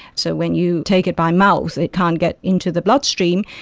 so when you take it by mouth it can't get into the bloodstream.